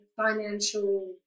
financial